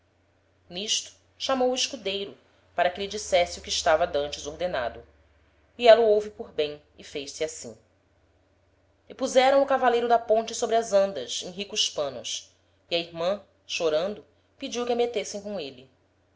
n'isto chamou o escudeiro para que lhe dissesse o que estava d'antes ordenado e éla o houve por bem e fez-se assim e puseram o cavaleiro da ponte sobre as andas em ricos panos e a irman chorando pediu que a metessem com ele